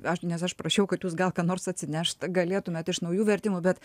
aš nes aš prašiau kad jūs gal ką nors atsinešt galėtumėt iš naujų vertimų bet